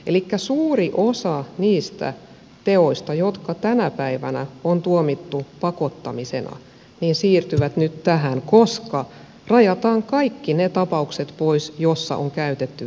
elikkä suuri osa niistä teoista jotka tänä päivänä on tuomittu pakottamisena siirtyy nyt tähän koska rajataan kaikki ne tapaukset pois joissa on käytetty väkivaltaa